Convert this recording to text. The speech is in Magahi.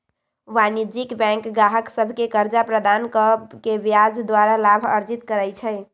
वाणिज्यिक बैंक गाहक सभके कर्जा प्रदान कऽ के ब्याज द्वारा लाभ अर्जित करइ छइ